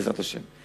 בעזרת השם.